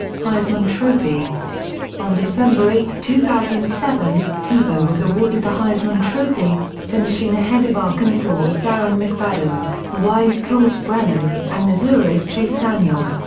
heisman trophy on december eight, two thousand and seven, tebow was awarded the heisman trophy, finishing ahead of arkansas's darren mcfadden, hawaii's colt brennan, and missouri's chase daniel.